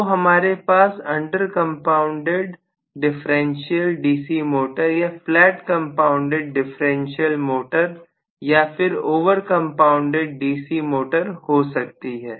तो हमारे पास under compounded differential DC motor या फ्लैट कंपाउंडेड डिफरेंशियल मोटर या फिर ओवर कंपाउंडेड डीसी मोटर हो सकती है